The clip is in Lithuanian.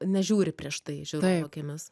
nežiūri prieš tai žiūrovo akimis